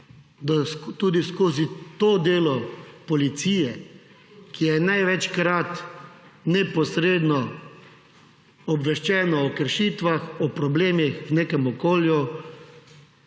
da tudi skozi to delo policije, ki je največkrat neposredno obveščena o kršitvah, o problemih v nekih okolju,